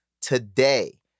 today